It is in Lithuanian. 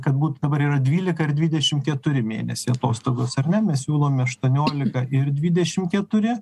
kad būtų dabar yra dvylika ir dvidešim keturi mėnesiai atostogos ar ne mes siūlome aštuoniolika ir dvidešim keturi